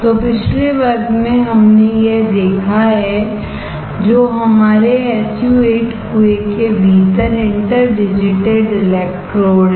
तो पिछले वर्ग में हमने यह देखा है जो हमारे SU 8 कुएं के भीतर इंटर डिजिटेड इलेक्ट्रोड हैं